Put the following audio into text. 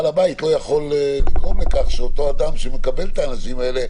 בעל הבית לא יכול לגרום לכך שאותו אדם שמקבל את האנשים האלה,